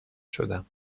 شدم